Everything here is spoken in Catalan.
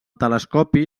telescopi